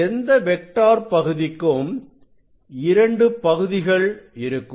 எந்த வெக்டார் பகுதிக்கும் இரண்டு பகுதிகள் இருக்கும்